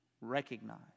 recognize